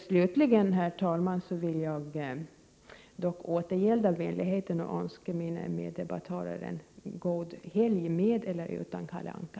Slutligen, herr talman, vill jag återgälda vänligheten och önska mina meddebattörer en god helg, med eller utan Kalle Anka.